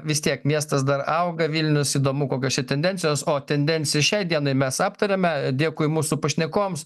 vis tiek miestas dar auga vilnius įdomu kokios čia tendencijos o tendenciją šiai dienai mes aptarėme dėkui mūsų pašnekovams